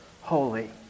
holy